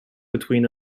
between